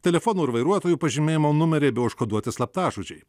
telefonų ir vairuotojų pažymėjimų numeriai bei užkoduoti slaptažodžiai